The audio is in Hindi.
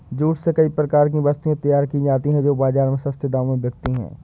जूट से कई प्रकार की वस्तुएं तैयार की जाती हैं जो बाजार में सस्ते दामों में बिकती है